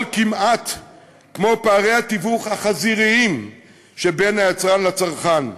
כמעט כמו פערי התיווך החזיריים שבין היצרן לצרכן.